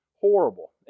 horrible